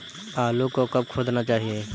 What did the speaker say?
आलू को कब खोदना चाहिए?